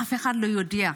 אף אחד לא יודע.